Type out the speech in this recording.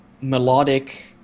melodic